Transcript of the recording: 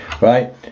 right